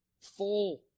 Full